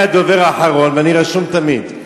אמרו לי שאני הדובר האחרון ואני רשום תמיד.